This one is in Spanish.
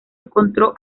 encontró